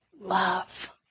love